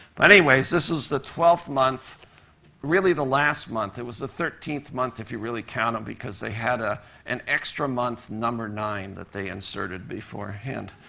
but anyways, this was the twelfth month really, the last month. it was the thirteenth month if you really count them um because they had ah an extra month, number nine, that they inserted beforehand.